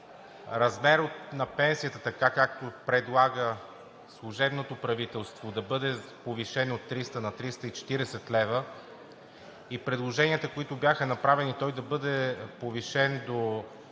размерът на пенсията, така както предлага служебното правителство, да бъде повишен от 300 на 340 лв. и предложенията, които бяха направени той да бъде повишен до